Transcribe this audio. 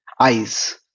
eyes